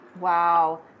Wow